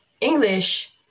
English